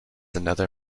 another